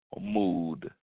Mood